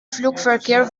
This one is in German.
flugverkehr